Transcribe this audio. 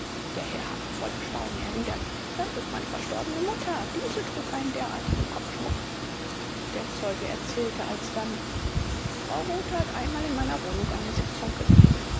der herr habe voller staunen erwidert das ist meine verstorbene mutter diese trug einen derartigen kopfschmuck der zeuge erzählte alsdann frau rothe hat einmal in meiner wohnung eine sitzung gegeben